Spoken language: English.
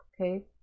Okay